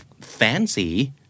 fancy